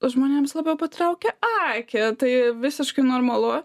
žmonėms labiau patraukia akį tai visiškai normalu